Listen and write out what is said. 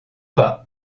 pas